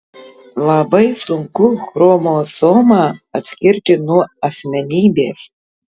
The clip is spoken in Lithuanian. labai sunku chromosomą atskirti nuo asmenybės